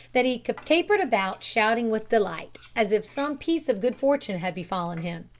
that he capered about shouting with delight, as if some piece of good fortune had befallen him.